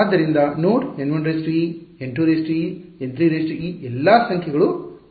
ಆದ್ದರಿಂದ node N 1e N 2e N 3e ಈ ಎಲ್ಲಾ ಸಂಖ್ಯೆಗಳು ನಿವಾರಿಸಲಾಗಿದೆ